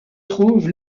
trouve